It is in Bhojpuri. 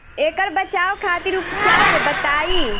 ऐकर बचाव खातिर उपचार बताई?